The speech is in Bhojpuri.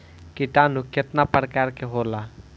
किटानु केतना प्रकार के होला?